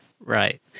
Right